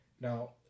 Now